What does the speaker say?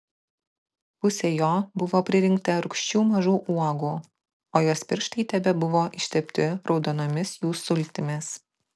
pusė jo buvo pririnkta rūgščių mažų uogų o jos pirštai tebebuvo ištepti raudonomis jų sultimis